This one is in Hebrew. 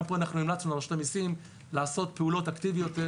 גם פה אנחנו המלצנו לרשות המיסים לעשות פעולות אקטיביות יותר